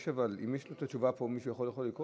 אבל אם יש תשובה פה מישהו יכול לקרוא